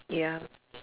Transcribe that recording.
ya